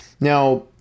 Now